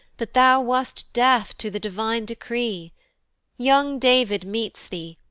but thou wast deaf to the divine decree young david meets thee,